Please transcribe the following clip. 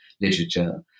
literature